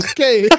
Okay